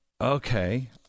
Okay